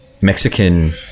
Mexican